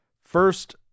first